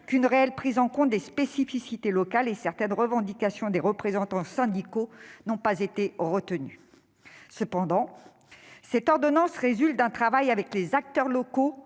qu'à une réelle prise en compte des spécificités locales. D'ailleurs, certaines revendications des représentants syndicaux n'ont pas été retenues. Néanmoins, cette ordonnance résulte d'un travail abouti, mené avec les acteurs locaux